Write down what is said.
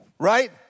Right